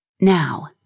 Now